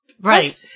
Right